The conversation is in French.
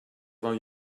vingt